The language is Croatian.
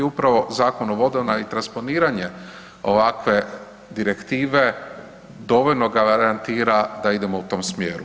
Upravo Zakon o vodama i transponiranje ovakve direktive dovoljno garantira da idemo u tom smjeru.